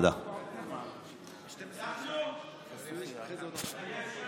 אם כך, רבותיי חברי הכנסת,